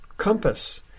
compass